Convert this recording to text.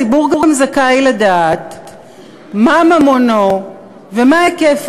הציבור גם זכאי לדעת מה ממונו ומה היקף